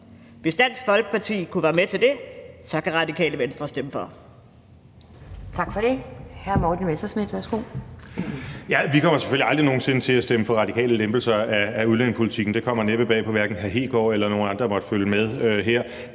Hvis Dansk Folkeparti kunne være med til det, så kan Radikale Venstre stemme for.